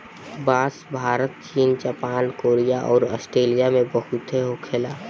बांस भारत चीन Japan Korea अउर आस्ट्रेलिया में बहुते होखे ला